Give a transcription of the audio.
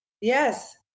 Yes